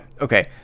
okay